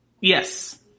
Yes